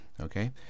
Okay